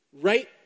right